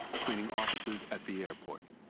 cleaning offices at the airport.